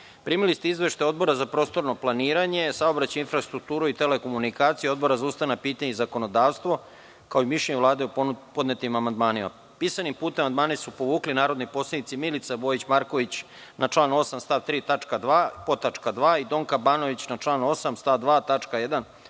Vlada. Primili ste izveštaje Odbora za prostorno planiranje, saobraćaj, infrastrukturu i telekomunikacije i Odbora za ustavna pitanja i zakonodavstvo, kao i mišljenje Vlade o podnetim amandmanima. Pisanim putem, amandmane su povukli narodni poslanici Milica Vojić Marković na član 8. stav 3. tačka 2) podtačka (2) i Donka Banović na član 8. stav 2.